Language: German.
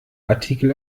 artikel